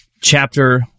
Chapter